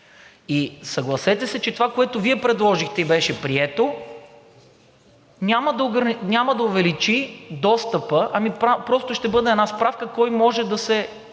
И съгласете се, че това, което Вие предложихте и беше прието, няма да увеличи достъпа, а просто ще бъде една справка кой може да се